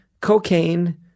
Cocaine